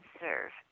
serve